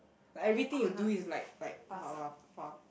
like everything you do is like like !wah! !wah! !wah!